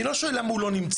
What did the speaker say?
אני לא שואל למה הוא לא נמצא,